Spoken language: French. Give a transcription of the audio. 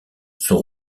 sont